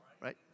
Right